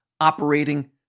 operating